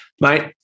mate